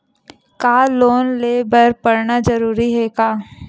का लोन ले बर पढ़ना जरूरी हे का?